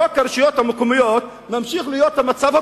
חוק הרשויות המקומיות ממשיך להיות במצב הקודם,